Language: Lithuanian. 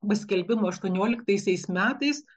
paskelbimo aštuonioliktaisiais metais